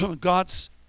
God's